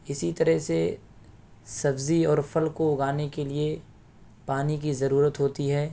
اسی طرح سے سبزی اور پھل کو اگانے کے لیے پانی کی ضرورت ہوتی ہے